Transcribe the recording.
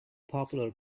popular